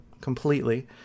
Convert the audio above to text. completely